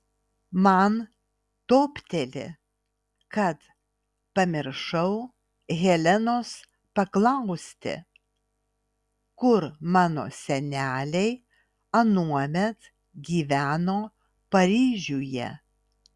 man topteli kad pamiršau helenos paklausti kur mano seneliai anuomet gyveno paryžiuje